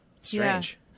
Strange